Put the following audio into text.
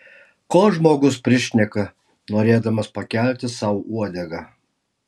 ko žmogus prišneka norėdamas pakelti sau uodegą